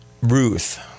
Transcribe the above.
Ruth